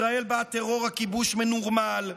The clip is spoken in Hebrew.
ישראל שבה טרור הכיבוש מנורמל,